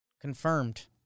Confirmed